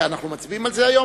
ואנחנו מצביעים על זה היום?